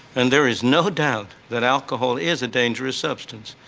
and there is no doubt that alcohol is a dangerous substance.